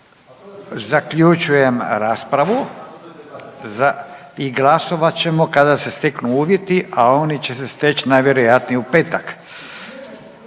Zaključujem raspravu i glasovat ćemo kada se steknu uvjeti, a oni će se steći najvjerojatnije u petak,